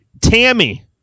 Tammy